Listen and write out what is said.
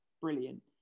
brilliant